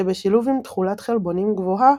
שבשילוב עם תכולת חלבונים גבוהה